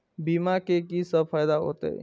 बीमा से की सब फायदा होते?